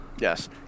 Yes